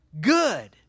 good